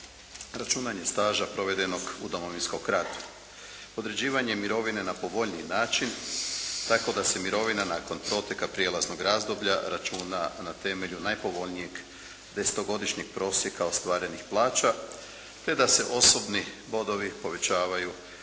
računanje staža provedenog u Domovinskom ratu, određivanje mirovine na povoljniji način tako da se mirovina nakon proteka prijelaznog razdoblja računa na temelju najpovoljnijeg desetogodišnjeg prosjeka ostvarenih plaća te da se osobni bodovi povećavaju za